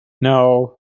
No